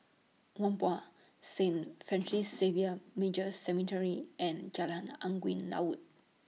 Whampoa Saint Francis Xavier Major Seminary and Jalan Angin Laut